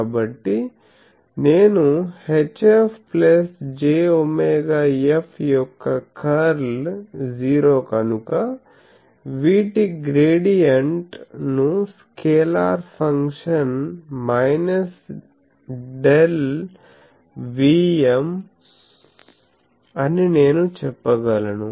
కాబట్టి నేను HFjωF యొక్క కర్ల్ జీరో కనుక వీటి గ్రేడియంట్ ను స్కేలార్ ఫంక్షన్ ∇Vm అని నేను చెప్పగలను